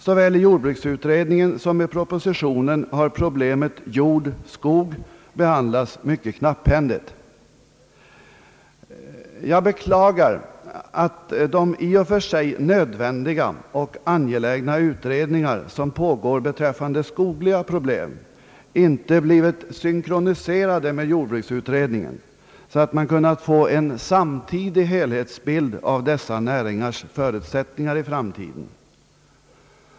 Såväl i jordbruksutredningen som i propositionen har problemet jord-skog behandlats mycket knapphändigt. Jag beklagar att de i och för sig nödvändiga och angelägna utredningar som pågår beträffande skogliga problem inte blivit synkroniserade med jordbruksutredningen, så att man kunnat få en samtidig helhetsbild av dessa näringars förutsättningar i framtiden.